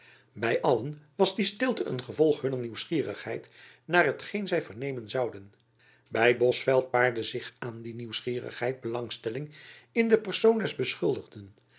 by allen was die stilte een gevolg hunner nieuwsgierigheid naar hetgeen zy vernemen zouden by bosveldt paarde zich aan die nieuwsgierigheid belangstelling in de persoon des beschuldigden